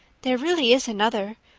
there really is another.